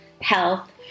health